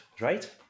right